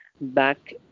back